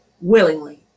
willingly